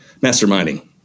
masterminding